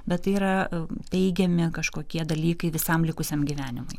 bet tai yra teigiami kažkokie dalykai visam likusiam gyvenimui